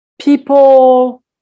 people